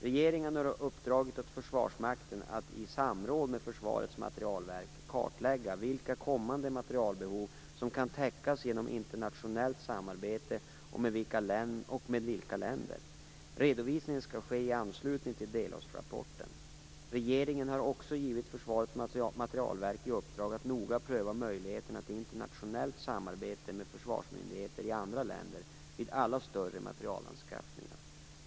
Regeringen har uppdragit åt Försvarsmakten att i samråd med Försvarets materielverk kartlägga vilka kommande materielbehov som kan täckas genom internationellt samarbete och med vilka länder. Redovisningen skall ske i anslutning till delårsrapporten. Regeringen har också givit Försvarets materielverk i uppdrag att noga pröva möjligheterna till internationellt samarbete med försvarsmyndigheter i andra länder vid alla större materielanskaffningar.